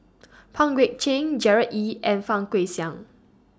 Pang Guek Cheng Gerard Ee and Fang Guixiang